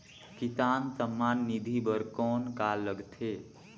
किसान सम्मान निधि बर कौन का लगथे?